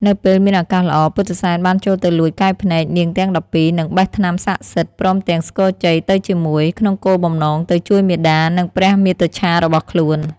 នៅពេលមានឱកាសល្អ ពុទ្ធិសែនបានចូលទៅលួចកែវភ្នែកនាងទាំង១២ និងបេះថ្នាំស័ក្តិសិទ្ធិព្រមទាំងស្គរជ័យទៅជាមួយ ក្នុងគោលបំណងទៅជួយមាតា និងព្រះមាតុច្ឆារបស់ខ្លួន។